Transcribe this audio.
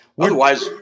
Otherwise